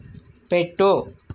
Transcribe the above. పెట్టు